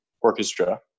Orchestra